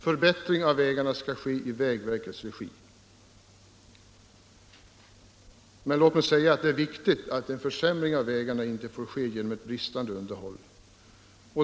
Förbättringar av vägarna skall ske i vägverkets regi. Men låt mig säga att det är viktigt att en försämring av vägarna inte sker genom bristande underhåll.